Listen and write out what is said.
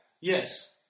Yes